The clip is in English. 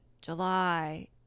july